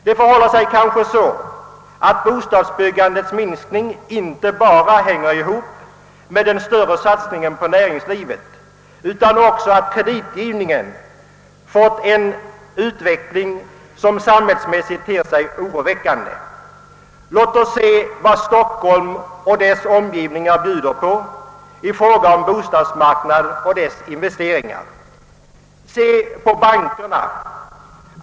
Det förhåller sig kanske dessutom så, att minskningen av bostadsbyggandet inte bara hör samman med den större satsningen på näringslivet utan också med att kreditgivningen fått en utveckling som ter sig oroväckande. Låt oss betrakta bostadsmarknaden och andra fastighetsinvesteringar i Storstockholm med omgivningar. Se på bankerna.